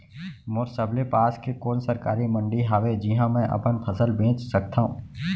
मोर सबले पास के कोन सरकारी मंडी हावे जिहां मैं अपन फसल बेच सकथव?